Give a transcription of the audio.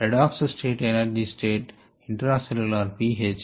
redox state energy state intracellular pH